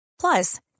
Plus